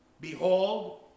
Behold